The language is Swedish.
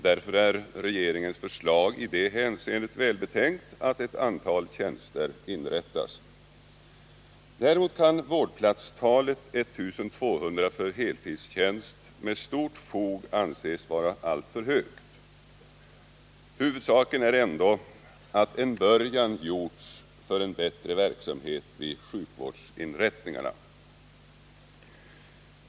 Därför är regeringens förslag välbetänkt i det hänseendet att ett antal tjänster inrättas. Däremot kan vårdplatstalet 1 200 för heltidstjänst med stort fog anses vara alltför högt. Huvudsaken är dock att en början gjorts för en bättre verksamhet vid sjukvårdsinrättningarna.